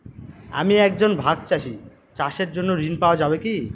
আমি একজন ভাগ চাষি চাষের জন্য ঋণ পাওয়া যাবে কি?